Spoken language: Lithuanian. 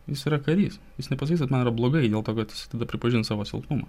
jis yra karys jis nepasakys kad man yra blogai dėl to kad tada pripažins savo silpnumą